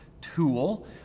tool